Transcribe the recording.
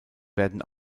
werden